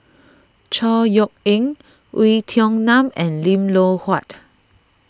Chor Yeok Eng Oei Tiong Ham and Lim Loh Huat